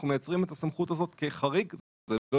אנחנו מייצרים את הסמכות הזו כחריג זה לא